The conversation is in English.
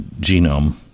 Genome